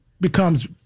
becomes